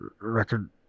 record